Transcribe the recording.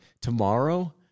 tomorrow